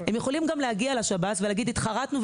הם גם יכולים להגיע לשב"ס ולהגיד: התחרטנו,